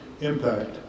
impact